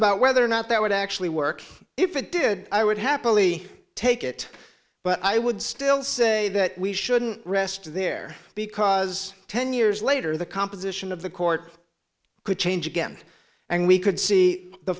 about whether or not that would actually work if it did i would happily take it but i would still say that we shouldn't rest there because ten years later the composition of the court could change again and we could see the